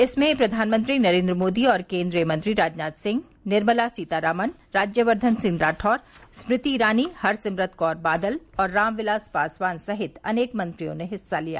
इसमें प्रधानमंत्री नरेन्द्र मोदी और केन्द्रीय मंत्री राजनाथ सिंह निर्मला सीतारामन राज्यवर्द्धन सिंह राठौड़ स्मृति ईरानी हरसिमरत कौर बादल और रामविलास पासवान सहित अनेक मंत्रियों ने हिस्सा लिया